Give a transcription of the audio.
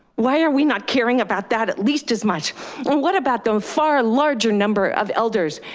why are we not caring about that at least as much? and what about the far larger number of elders?